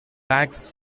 bags